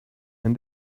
and